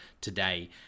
today